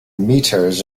metres